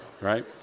right